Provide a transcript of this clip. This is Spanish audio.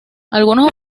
algunos